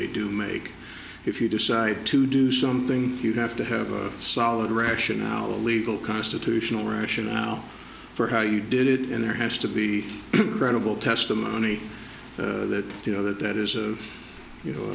they do make if you decide to do something you have to have a solid rationale a legal constitutional right now for how you did it in there has to be credible testimony that you know that that is you know